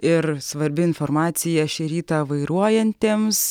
ir svarbi informacija šį rytą vairuojantiems